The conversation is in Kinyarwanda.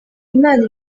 imana